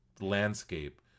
landscape